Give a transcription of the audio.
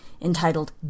entitled